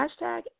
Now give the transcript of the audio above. hashtag